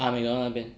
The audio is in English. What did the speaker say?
ah McDonald's 那边